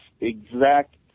exact